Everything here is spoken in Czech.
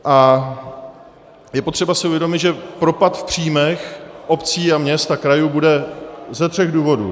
A je potřeba si uvědomit, že propad v příjmech obcí a měst a krajů bude ze tří důvodů.